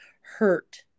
hurt